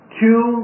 two